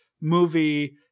movie